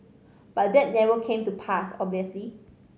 but that never came to pass obviously